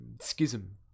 schism